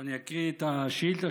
אני אקריא את השאילתה,